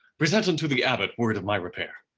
present unto the abbot word of my repair.